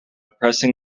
pressing